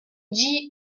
dix